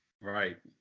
Right